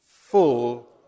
full